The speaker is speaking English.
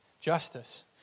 justice